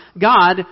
God